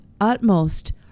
utmost